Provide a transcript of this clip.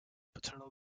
paternal